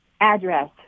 address